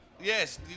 Yes